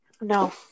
No